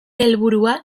helburua